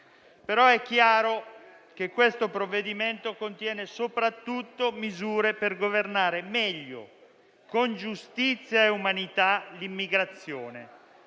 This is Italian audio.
però chiaro che questo provvedimento contiene soprattutto misure per governare meglio, con giustizia e umanità, l'immigrazione,